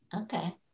Okay